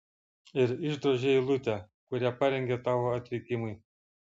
ir išdrožia eilutę kurią parengė tavo atvykimui